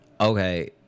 Okay